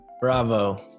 bravo